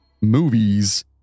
movies